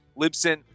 Libsyn